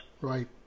Right